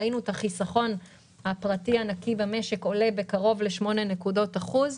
ראינו את החיסכון הפרטי הנקי במשק עולה בקרוב לשמונה נקודות אחוז.